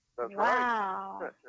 Wow